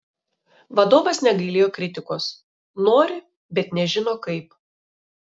vadovas negailėjo kritikos nori bet nežino kaip